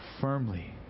firmly